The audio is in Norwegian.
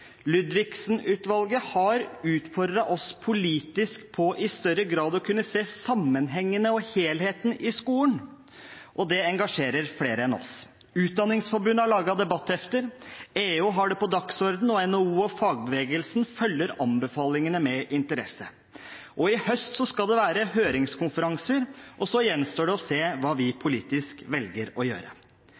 har utfordret oss politisk til i større grad å kunne se sammenhengene og helheten i skolen, og det engasjerer flere enn oss. Utdanningsforbundet har lagd debatthefter. Elevorganisasjonen har det på dagsordenen, og NHO og fagbevegelsen følger anbefalingene med interesse. I høst skal det være høringskonferanser, og så gjenstår det å se hva vi politisk velger å gjøre.